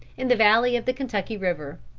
in the valley of the kentucky river.